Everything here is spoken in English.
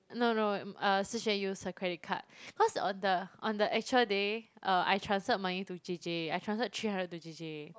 no no um ah Shi-Xuan used her credit card cause on the on the actual day uh I transferred money to Jay Jay I transferred three hundred to Jay Jay